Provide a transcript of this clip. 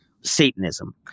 Satanism